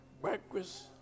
breakfast